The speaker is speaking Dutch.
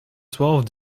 twaalf